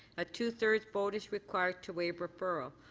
a two-thirds vote is required to waive referral.